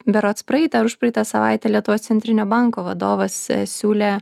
berods praeitą ar užpraeitą savaitę lietuvos centrinio banko vadovas siūlė